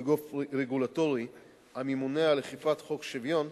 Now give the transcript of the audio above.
כגוף רגולטורי הממונה על אכיפת חוק השוויון,